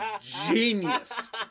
genius